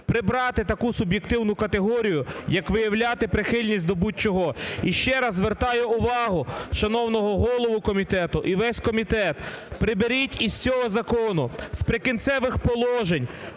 прибрати таку суб'єктивну категорію, як виявляти прихильність до будь-чого. І ще раз звертаю увагу шановного голову комітету, і весь комітет, приберіть з цього закону з "Прикінцевих положень"